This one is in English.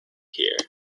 here